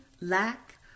lack